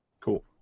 Cool